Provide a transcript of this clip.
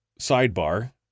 sidebar